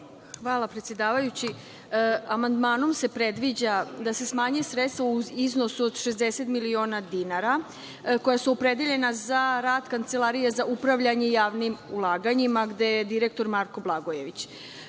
Hvala predsedavajući. Amandmanom se predviđa da se smanje sredstva u iznosu od 60 miliona dinara koja su opredeljenja za rad Kancelarije za upravljanje javnim ulaganjima gde je direktor Marko Blagojević. Amandmanom